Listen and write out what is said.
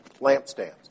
lampstands